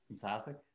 fantastic